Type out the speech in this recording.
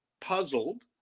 puzzled